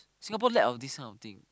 Singapore lack of this kind of thing